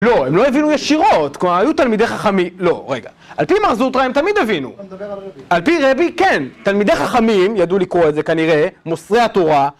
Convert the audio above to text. לא, הם לא הבינו ישירות, כלומר היו תלמידי חכמים, לא רגע, על פי מר זוטרא הם תמיד הבינו אתה מדבר על רבי על פי רבי, כן, תלמידי חכמים ידעו לקרוא את זה כנראה, מוסרי התורה